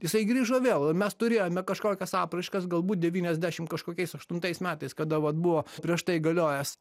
jisai grįžo vėl mes turėjome kažkokias apraiškas galbūt devyniasdešim kažkokiais aštuntais metais kada vat buvo prieš tai galiojęs